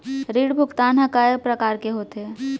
ऋण भुगतान ह कय प्रकार के होथे?